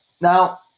Now